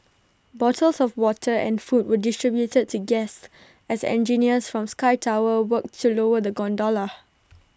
bottles of water and food were distributed to guests as engineers from sky tower worked to lower the gondola